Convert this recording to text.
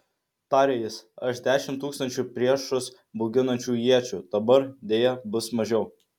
tarė jis aš dešimt tūkstančių priešus bauginančių iečių dabar deja bus mažiau